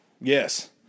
Yes